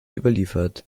überliefert